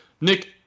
Nick